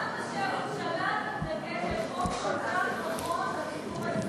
למה שהממשלה תתנגד לחוק כל כך נכון לציבור הישראלי?